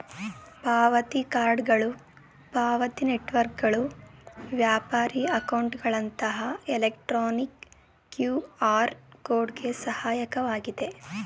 ಪಾವತಿ ಕಾರ್ಡ್ಗಳು ಪಾವತಿ ನೆಟ್ವರ್ಕ್ಗಳು ವ್ಯಾಪಾರಿ ಅಕೌಂಟ್ಗಳಂತಹ ಎಲೆಕ್ಟ್ರಾನಿಕ್ ಕ್ಯೂಆರ್ ಕೋಡ್ ಗೆ ಸಹಾಯಕವಾಗಿದೆ